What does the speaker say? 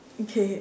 okay